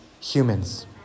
humans